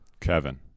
Kevin